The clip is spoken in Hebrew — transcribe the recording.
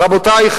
רבותי,